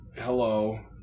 hello